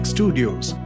Studios